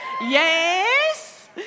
Yes